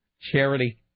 Charity